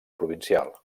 provincial